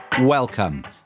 Welcome